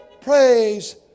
praise